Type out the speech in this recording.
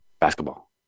basketball